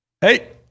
Hey